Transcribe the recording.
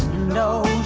know,